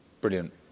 brilliant